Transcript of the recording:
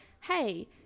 hey –